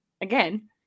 again